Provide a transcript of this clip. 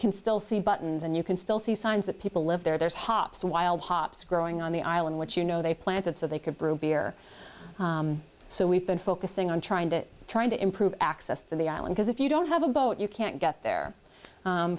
can still see buttons and you can still see signs that people live there there's hops while hops growing on the island which you know they planted so they could brew beer so we've been focusing on trying to trying to improve access to the island because if you don't have a boat you can't get the